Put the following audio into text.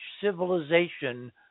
civilization